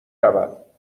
رود